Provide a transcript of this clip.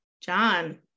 John